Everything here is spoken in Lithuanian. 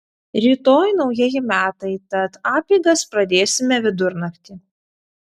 rytoj naujieji metai tad apeigas pradėsime vidurnaktį